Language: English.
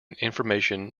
information